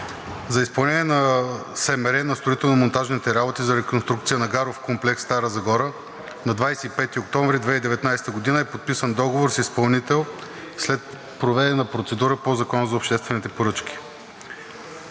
За изпълнение на строително-монтажните работи за реконструкция на гаров комплекс Стара Загора на 25 октомври 2019 г. е подписан договор с изпълнител след проведена процедура по Закона за обществените поръчки.